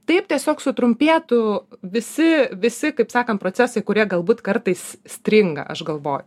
taip tiesiog sutrumpėtų visi visi kaip sakant procesai kurie galbūt kartais stringa aš galvoju